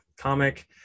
comic